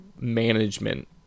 management